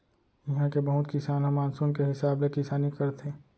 इहां के बहुत किसान ह मानसून के हिसाब ले किसानी करथे